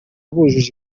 bujuje